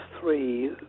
three